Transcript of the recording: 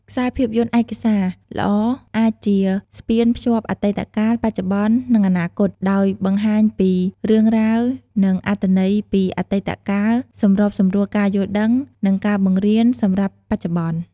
ខ្សែភាពយន្តឯកសារល្អអាចជាស្ពានភ្ជាប់អតីតកាល បច្ចុប្បន្ន និងអនាគត ដោយបង្ហាញពីរឿងរ៉ាវ និងអត្ថន័យពីអតីតកាល សម្របសម្រួលការយល់ដឹង និងការបង្រៀនសម្រាប់បច្ចុប្បន្ន។